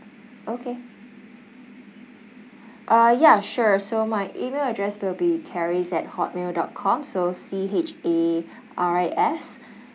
okay uh ya sure so my email address will be charis at hot mail dot com so C H A R I S